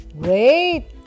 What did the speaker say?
great